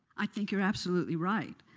i think you're absolutely right.